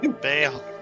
Bail